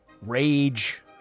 rage